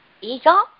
Eagle